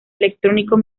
electrónico